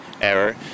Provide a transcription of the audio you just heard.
error